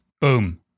Boom